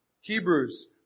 Hebrews